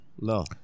No